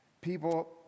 people